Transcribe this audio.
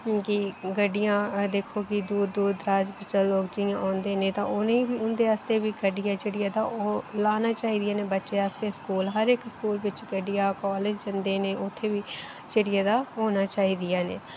कि गड्डियां दिक्खो कि दूर दूर दराज चा लोक जियां औंदे नै ता उनेंगी बी उंदे आस्तै बी गड्डी ऐ जेह्ड़ी ऐ ता ओह् लाना चाही दियां न बच्चें आस्तै स्कूल हर इक स्कूल बिच गड्डियां कालेज जंदे नै तां उत्थै बी जेह्ड़ी ऐ ता होना चाही दियां नै